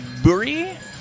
buri